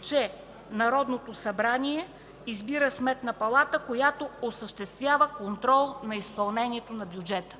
че: „Народното събрание избира Сметна палата, която осъществява контрол на изпълнението на бюджета”.